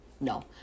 no